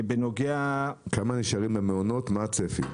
כמה נשארים במעונות ומה הצפי.